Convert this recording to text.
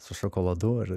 su šokoladu ar